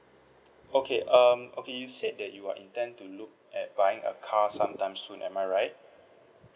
okay um okay you said that you are intend to look at buying a car sometime soon am I right